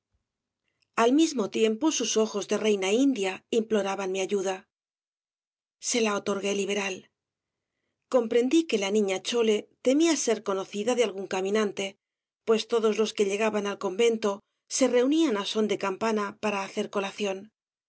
al mismo tiempo sus ojos de reina india imploraban mi ayuda se la otorgué liberal comprendí que la niña chole temía ser conocida de algún caminante pues todos los que llegaban al convento se reunían á son de campana para hacer colación la